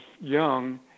young